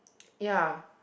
ya